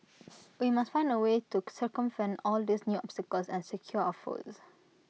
we must find A way to circumvent all these new obstacles and secure our votes